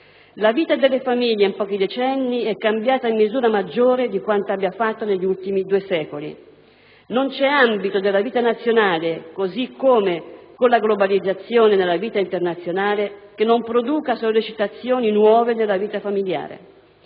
La vita delle famiglie in pochi decenni è cambiata in misura maggiore di quanto abbia fatto negli ultimi due secoli. Non c'è ambito della vita nazionale, così come, con la globalizzazione, nella vita internazionale, che non produca sollecitazioni nuove nella vita familiare: